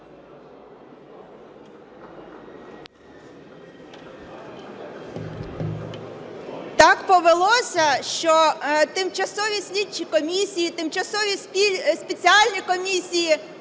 Так повелося, що тимчасові слідчі комісії, тимчасові спеціальні комісії